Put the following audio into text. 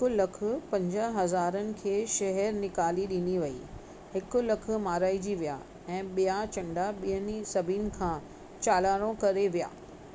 हिकु लख पंजाह हज़ारनि खे शहर निकाली ॾिनी वेई हिकु लख माराइजी विया ऐं ॿिया चङा ॿियनि सभिनि खां चालाणो करे विया